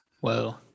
whoa